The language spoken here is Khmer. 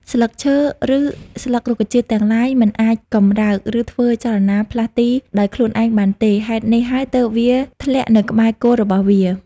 ស្លឹកឈើឬស្លឹករុក្ខជាតិទាំងឡាយ មិនអាចកម្រើក ឬធ្វើចលនា ផ្លាស់ទីដោយខ្លួនឯងបានទេ ហេតុនេះហើយទើបវាធ្លាក់នៅក្បែរគល់របស់វា។